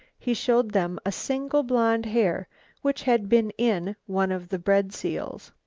he showed them a single blond hair which had been in one of the bread seals.